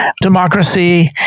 Democracy